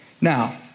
Now